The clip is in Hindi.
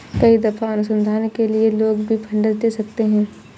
कई दफा अनुसंधान के लिए लोग भी फंडस दे सकते हैं